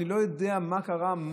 אני לא יודע מה קרה,